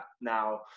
Now